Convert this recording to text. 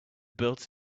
built